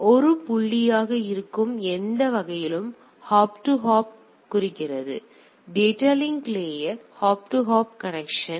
எனவே இது ஒரு புள்ளியாக இருக்கும் எந்த வகையிலும் ஹாப் டு ஹாப் கனெக்சன் குறிக்கிறது data link layer hop to hop connection